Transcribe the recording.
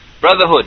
brotherhood